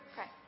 Okay